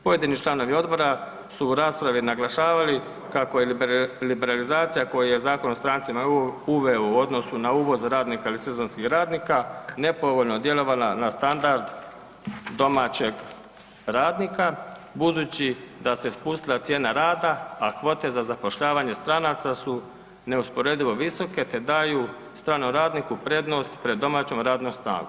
Pojedini članovi odbora su u raspravi naglašavali kako je liberalizacija koju je Zakon o strancima uveo u odnosu na uvoz radnika ili sezonskih radnika nepovoljno djelovala na standard domaćeg radnika, budući da se spustila cijena rada, a kvote za zapošljavanje stranaca su neusporedivo visoke te daju stranom radniku prednost pred domaćom radnom snagom.